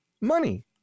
money